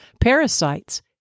parasites